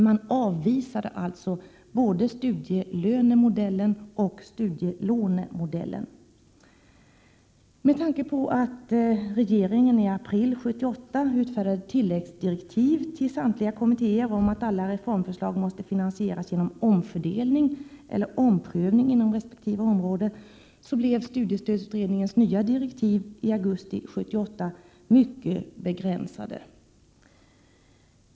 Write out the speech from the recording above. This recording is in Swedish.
Man avvisade alltså både studielönemodellen och studielånemodellen. Med tanke på att regeringen i april 1978 utfärdade tilläggsdirektiv till samtliga kommittéer om att alla reformförslag måste finansieras genom omfördelning eller omprövning inom resp. område blev studiestödsutredningens nya direktiv i augusti 1978 mycket begränsade.